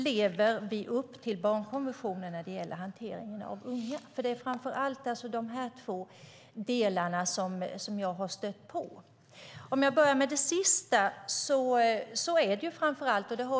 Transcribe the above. Lever vi upp till barnkonventionen när det gäller hanteringen av unga? Det är framför allt dessa två delar som jag har stött på. Jag börjar med det sistnämnda.